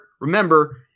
Remember